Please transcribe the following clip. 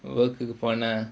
work போனா:ponaa